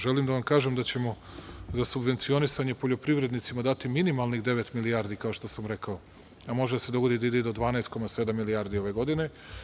Želim da vam kažem da ćemo za subvencionisanje poljoprivrednicima dati minimalnih devet milijardi, kao što sam rekao, a može da se dogodi da ide i do 12,7 milijardi ove godine.